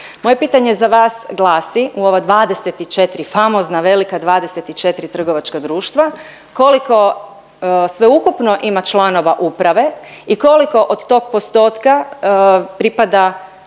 Moje pitanje za vas glasi, u ova 24 famozna, velika 24 trgovačka društva, koliko sveukupno ima članova uprave i koliko od tog postotka pripada